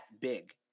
big